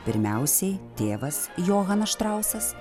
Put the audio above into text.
pirmiausiai tėvas johanas štrausas